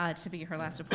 ah to be her last but